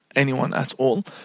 anyone at all.